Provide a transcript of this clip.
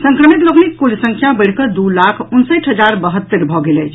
संक्रमित लोकनिक कुल संख्या बढ़ि कऽ दू लाख उनसठि हजार बहत्तरि भऽ गेल अछि